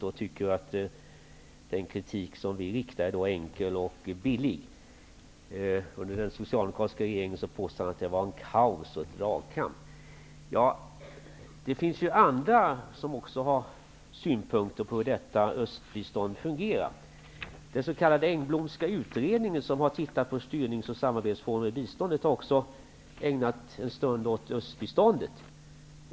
Han tycker att den kritik som vi riktar mot det är enkel och billig. Han påstår att det under den socialdemokratiska regeringen rådde kaos och att det var en dragkamp. Det finns ju andra som också har synpunkter på hur detta östbistånd fungerar. Den s.k. Engblomska utredningen, som har tittat på styrnings och samarbetsformer i biståndet, har också ägnat en stund åt östbiståndet.